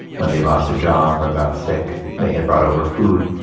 when they lost a job or got sick, they had brought over food,